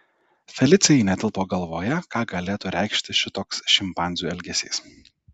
felicijai netilpo galvoje ką galėtų reikšti šitoks šimpanzių elgesys